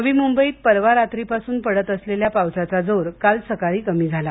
नवी मुंबईत परवा रात्रीपासून पडत असलेल्या पावसाचा जोर काल सकाळी कमी झाला